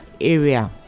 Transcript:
area